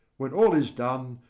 when all is done,